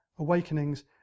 Awakenings